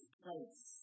place